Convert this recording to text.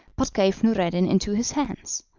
but gave noureddin into his hands.